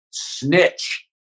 Snitch